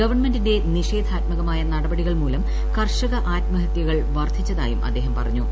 ഗവൺമെന്റിന്റെ നി്ഷേധാത്മകമായ നടപടികൾമൂലം കർഷക ആത്മഹത്യകൾ വർദ്ധിച്ചതായും അദ്ദേഹം പറഞ്ഞു